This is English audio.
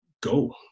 go